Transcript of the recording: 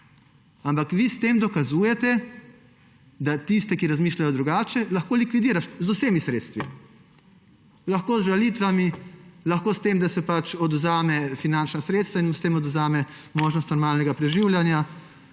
Ampak vi s tem dokazujete, da tiste, ki razmišljajo drugače, lahko likvidiraš z vsemi sredstvi. Lahko z žalitvami, lahko s tem, da se odvzame finančna sredstva in s tem odvzame možnost normalnega preživljanja,